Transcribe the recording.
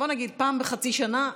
בוא נגיד פעם בחצי שנה,